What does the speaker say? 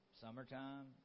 Summertime